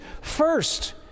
First